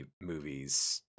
movies